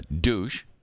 douche